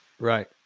Right